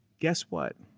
guess what?